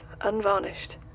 unvarnished